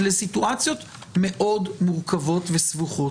אלה סיטואציות מאוד מורכבות וסבוכות.